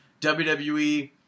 WWE